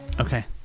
Okay